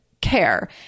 care